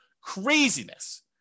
Craziness